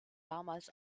damals